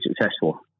successful